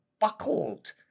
buckled